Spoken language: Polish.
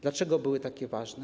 Dlaczego były takie ważne?